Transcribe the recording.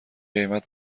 قیمت